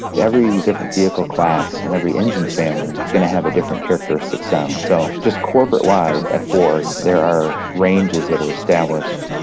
every different vehicle class and every engine family is gonna have a different characteristic sound. so, just corporate wide at ford, there are ranges that are established.